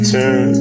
Turn